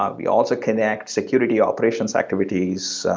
ah you also connect security operations activities,